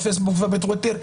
בפייסבוק ובטוויטר,